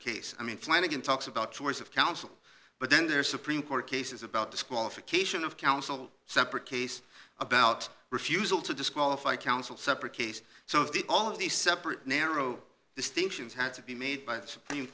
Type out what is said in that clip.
case i mean flanagan talks about two hours of counsel but then there's supreme court cases about disqualification of counsel separate case about refusal to disqualify counsel separate case so the all of these separate narrow distinctions had to be made by